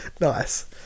nice